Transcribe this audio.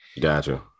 gotcha